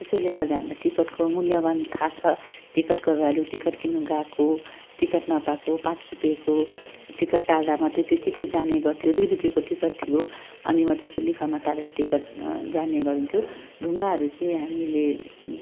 त्यसैले गर्दा हामीलाई टिकट मुल्यवान था छ टिकटको भेल्यु टिकट किन्न गाको टिकट नपाएको पाँच रुपियाँको टिकट टाल्दा मात्रै त्यो चिठी जाने गर्थ्यो दुई रुपियाँको टिकट थियो अनि मात्रै त्यो लिफामा टालेर टिकट जाने गरिन्थ्यो ढुङ्गाहरू चाहिँ हामीले